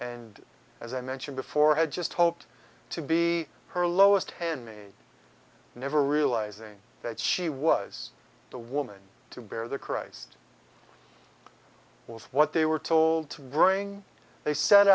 and as i mentioned before had just hoped to be her lowest handmade never realizing that she was the woman to bear the christ was what they were told to bring they set